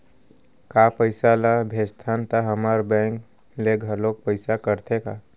का पइसा ला भेजथन त हमर बैंक ले घलो पइसा कटथे का?